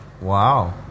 Wow